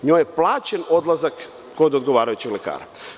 Njoj je plaćen odlazak kod odgovarajućeg lekara.